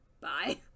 Bye